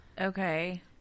Okay